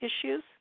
issues